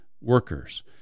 workers